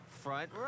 Front